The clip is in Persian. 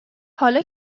حالا